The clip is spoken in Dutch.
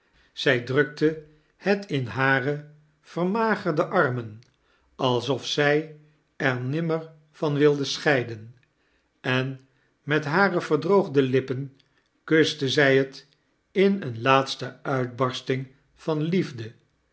zij drukte het in hare vermagerde armen alsof zij ex nimmer van wilde scheiden en met hare verdroogde lippen kuste zij het in eene laatste uitbarsting van liefde